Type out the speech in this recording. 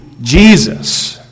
Jesus